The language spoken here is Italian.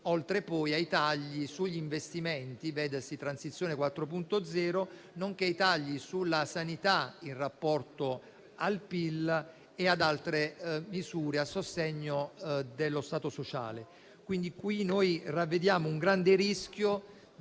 oltre ai tagli sugli investimenti (vedasi Transizione 4.0), nonché i tagli sulla sanità in rapporto al PIL e ad altre misure a sostegno dello Stato sociale. Noi intravediamo dunque un grande rischio